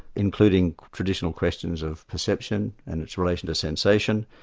including traditional questions of perception, and it's relation to sensation,